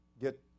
get